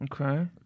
Okay